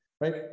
right